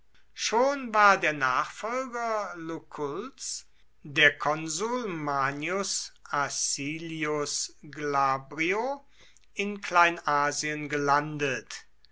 schon war der nachfolger luculls der konsul manius acilius glabrio in kleinasien gelandet